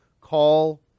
call